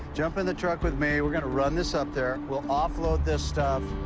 jump in the truck with me. we're gonna run this up there. we'll offload this stuff.